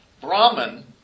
Brahman